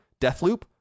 Deathloop